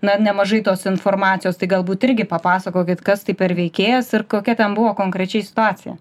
na nemažai tos informacijos tai galbūt irgi papasakokit kas tai per veikėjas ir kokia ten buvo konkrečiai situacija